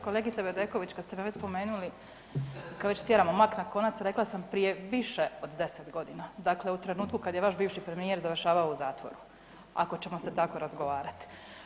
Kolegice Bedeković, kad ste me već spomenuli, kad već tjeramo mak na konac, rekla sam prije više od 10.g., dakle u trenutku kad je vaš bivši premijer završavao u zatvoru ako ćemo se tako razgovarat.